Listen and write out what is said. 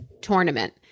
tournament